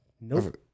Nope